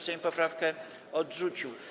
Sejm poprawkę odrzucił.